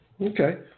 Okay